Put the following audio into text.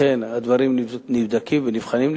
לכן הדברים נבדקים ונבחנים.